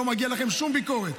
לא מגיעה לכם שום ביקורת,